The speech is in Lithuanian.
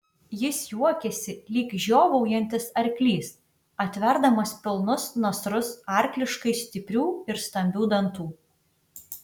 jis juokėsi lyg žiovaujantis arklys atverdamas pilnus nasrus arkliškai stiprių ir stambių dantų